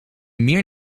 meer